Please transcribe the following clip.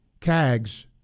Cags